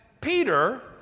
Peter